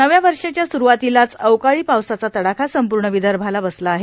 नव्या वर्षाच्या स्रूवातीलाच अवकाळी पावसाचा तडाखा संपूर्ण विदर्भाला बसला आहे